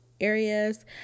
areas